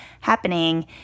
happening